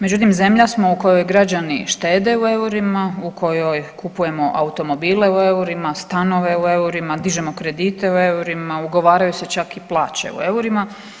Međutim, zemlja smo u kojoj građani štede u eurima, u kojoj kupujemo automobile u eurima, stanove u eurima, dižemo kredite u eurima, ugovaraju se čak i plaće u eurima.